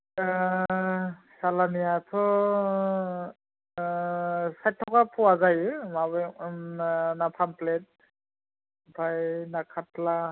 सालानियाथ' दा साइथ थाखा फवा जायो माबायाव फामफ्लेथ आमफ्राय ना काथ्ला